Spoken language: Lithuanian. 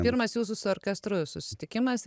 pirmas jūsų su orkestru susitikimas